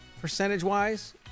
percentage-wise